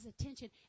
attention